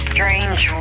Strange